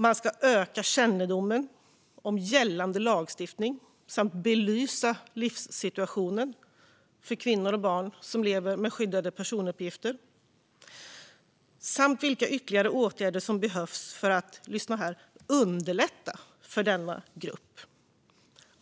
Man ska öka kännedomen om gällande lagstiftning, belysa livssituationen för kvinnor och barn som lever med skyddade personuppgifter och undersöka vilka ytterligare åtgärder som behövs för att underlätta för denna grupp.